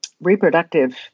reproductive